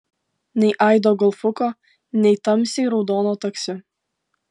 nei aido golfuko nei tamsiai raudono taksi